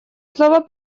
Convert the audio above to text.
слово